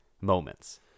moments